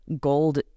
gold